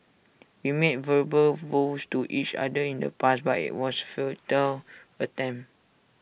we made verbal vows to each other in the past but IT was A futile attempt